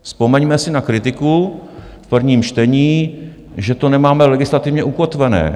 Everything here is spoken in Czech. Vzpomeňme si na kritiku v prvním čtení, že to nemáme legislativně ukotvené.